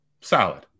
solid